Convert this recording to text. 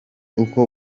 uko